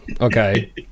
Okay